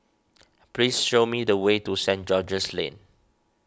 please show me the way to Saint George's Lane